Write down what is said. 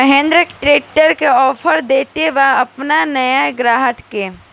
Mahindra tractor का offer देत बा अपना नया ग्राहक के?